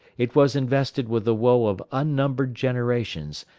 it was invested with the woe of unnumbered generations,